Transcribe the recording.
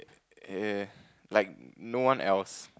eh like no one else